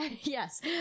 Yes